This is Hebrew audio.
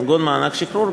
כגון מענק שחרור,